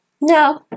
No